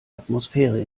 atmosphäre